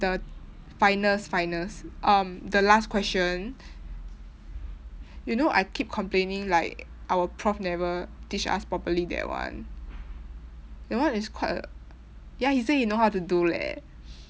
the finals finals um the last question you know I keep complaining like our prof never teach us properly that one that one is quite a ya he said he know how to do leh